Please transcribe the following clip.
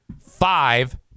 five